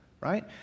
right